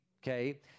okay